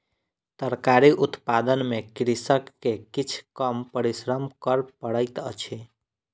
तरकारी उत्पादन में कृषक के किछ कम परिश्रम कर पड़ैत अछि